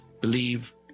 believe